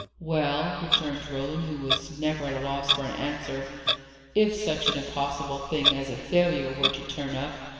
well, returned roland, who was never at a loss for an answer if such an impossible thing as a failure were to turn up,